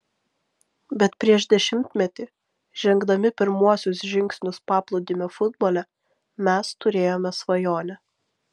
bet prieš dešimtmetį žengdami pirmuosius žingsnius paplūdimio futbole mes turėjome svajonę